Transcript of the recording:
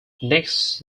next